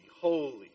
holy